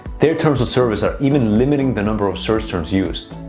their terms of service are even limiting the number of search terms used.